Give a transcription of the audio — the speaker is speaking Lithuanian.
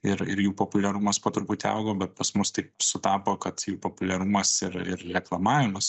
ir ir jų populiarumas po truputį augo bet pas mus taip sutapo kad jų populiarumas ir ir reklamavimas